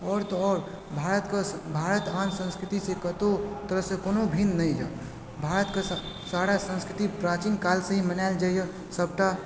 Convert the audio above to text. आओर तऽ आओर भारत आन संस्कृतिसँ कतहु तरहसँ कोनो भिन्न नहि यऽ भारतके सारा संस्कृति प्राचीन काल से ही मनायल जाइया सबटा